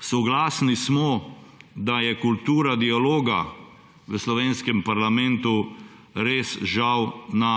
Soglasni smo, da je kultura dialoga v slovenskem parlamentu res žal na